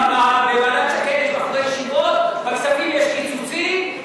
בוועדת שקד יש בחורי ישיבות, בכספים יש קיצוצים.